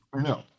No